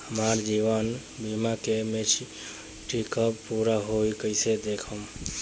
हमार जीवन बीमा के मेचीयोरिटी कब पूरा होई कईसे देखम्?